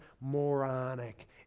moronic